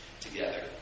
together